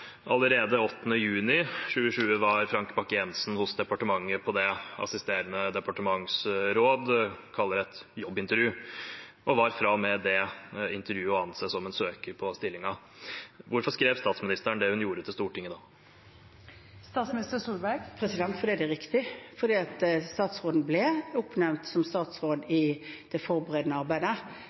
Allerede den 8. juni 2020 var Frank Bakke-Jensen hos departementet på det assisterende departementsråd kaller et jobbintervju, og var fra og med det intervjuet å anse som en søker på stillingen. Hvorfor skrev da statsministeren det hun gjorde, til Stortinget? Fordi det er riktig, fordi statsråden ble oppnevnt som settestatsråd i det forberedende arbeidet,